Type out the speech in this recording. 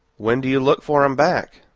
when do you look for em back?